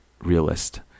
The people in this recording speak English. realist